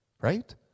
right